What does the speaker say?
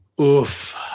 Oof